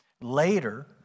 Later